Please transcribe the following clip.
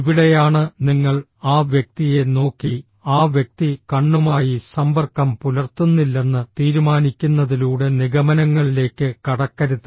ഇവിടെയാണ് നിങ്ങൾ ആ വ്യക്തിയെ നോക്കി ആ വ്യക്തി കണ്ണുമായി സമ്പർക്കം പുലർത്തുന്നില്ലെന്ന് തീരുമാനിക്കുന്നതിലൂടെ നിഗമനങ്ങളിലേക്ക് കടക്കരുത്